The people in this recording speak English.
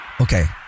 Okay